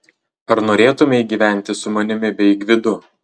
ar norėtumei gyventi su manimi bei gvidu